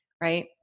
right